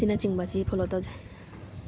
ꯑꯁꯤꯅ ꯆꯤꯡꯕ ꯑꯁꯤ ꯐꯣꯂꯣ ꯇꯧꯖꯩ